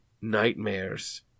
nightmares